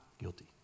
guilty